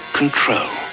control